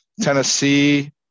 Tennessee